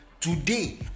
Today